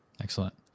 Excellent